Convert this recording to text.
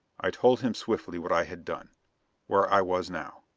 i told him swiftly what i had done where i was now.